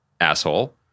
asshole